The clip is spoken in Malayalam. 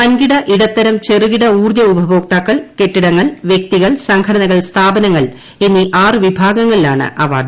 വൻകിട ഇടത്തരം ചെറുകിട ഉൌർജ ഉപഭോക്താക്കൾ കെട്ടിടങ്ങൾ വ്യക്തികൾ സംഘടനകൾ സ്ഥാപനങ്ങൾ എന്നീ ആറ് വിഭാഗങ്ങളിലാണ് അവാർഡ്